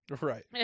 Right